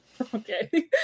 Okay